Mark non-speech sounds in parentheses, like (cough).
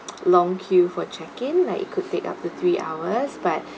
(noise) long queue for checking like it could take up to three hours but